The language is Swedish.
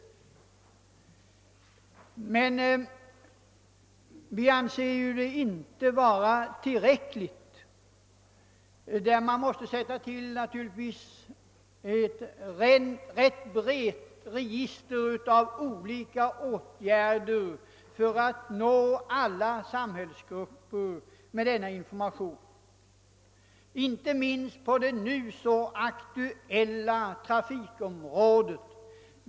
Men vi anser inte att detta är tillräckligt. Man måste naturligtvis ta till ett ganska brett register av åtgärder för att nå alla samhällsgrupper med denna information. Inte minst bör denna gälla det nu så aktuella trafikområdet.